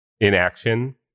inaction